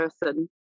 person